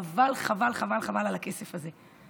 חבל חבל חבל חבל על הכסף הזה.